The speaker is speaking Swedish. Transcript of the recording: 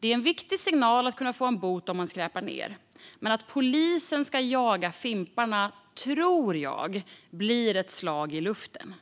Det är en viktig signal att man kan få en bot om man skräpar ned, men att polisen ska jaga fimparna tror jag blir ett slag i luften.